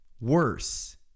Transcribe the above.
Worse